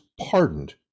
pardoned